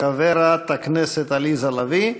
חברת הכנסת עליזה לביא,